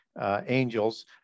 angels